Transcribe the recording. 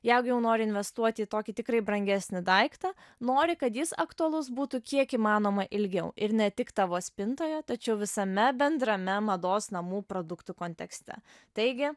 jeigu jau nori investuoti į tokį tikrai brangesnį daiktą nori kad jis aktualus būtų kiek įmanoma ilgiau ir ne tik tavo spintoje tačiau visame bendrame mados namų produktų kontekste taigi